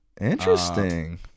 Interesting